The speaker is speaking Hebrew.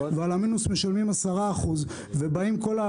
ועל המינוס משלמים 10% ובאות כל,